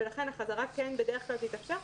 ולכן החזרה כן תתאפשר בדרך כלל.